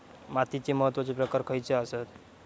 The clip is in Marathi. मातीचे महत्वाचे प्रकार खयचे आसत?